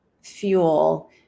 fuel